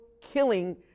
killing